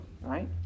right